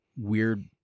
weird